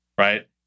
Right